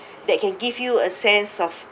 that can give you a sense of